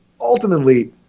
ultimately